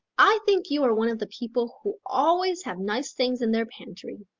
i think you are one of the people who always have nice things in their pantry,